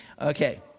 Okay